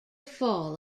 fall